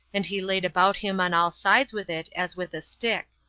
and he laid about him on all sides with it as with a stick.